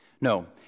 No